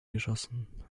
geschossen